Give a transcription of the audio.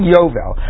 Yovel